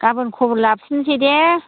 गाबोन खबर लाफिनसै दे